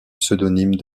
pseudonymes